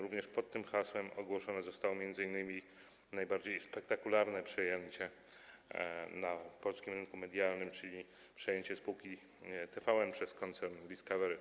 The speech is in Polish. Również pod tym hasłem ogłoszone zostało m.in. najbardziej spektakularne przejęcie na polskim rynku medialnym, czyli przejęcie spółki TVN przez koncern Discovery.